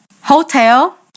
hotel